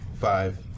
Five